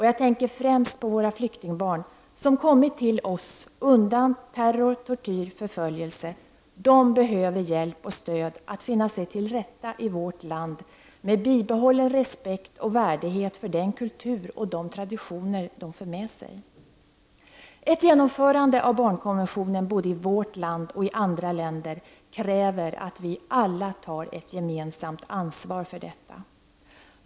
Jag tänker främst på våra flyktingbarn, som kommit till oss undan terror, tortyr och förföljelse. De behöver hjälp och stöd att finna sig till rätta i vårt land, med bibehållen respekt och värdighet för den kultur och de traditioner som de för med sig. Ett genomförande av barnkonventionen både i vårt land och i andra länder kräver att vi alla tar ett gemensamt ansvar för detta.